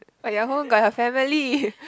but your home got your family